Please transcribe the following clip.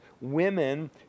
women